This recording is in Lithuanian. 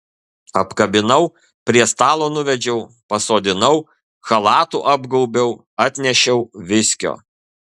apkabinau prie stalo nuvedžiau pasodinau chalatu apgaubiau atnešiau viskio